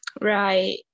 Right